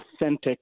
authentic